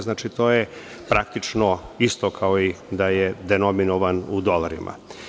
Znači, to je praktično isto kao da je denominovan u dolarima.